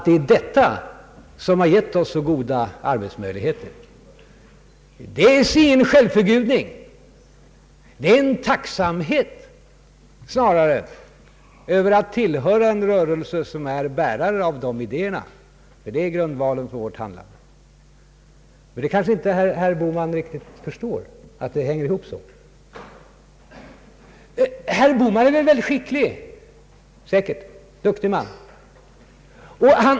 Det är detta som har gett oss så goda arbetsmöjligheter. Det är i sig ingen självförgudning — det är en tacksamhet snarare över att tillhöra en rörelse som är bärare av dessa idéer. Det är grundvalen för vårt handlande, men herr Bohman kanske inte riktigt förstår att det förhåller sig så. Herr Bohman är mycket skicklig, säkert en duktig man.